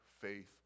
faith